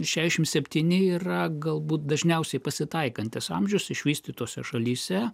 šešim septyni yra galbūt dažniausiai pasitaikantis amžius išvystytose šalyse